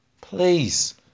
Please